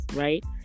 right